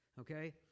okay